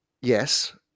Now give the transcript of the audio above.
Yes